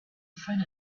front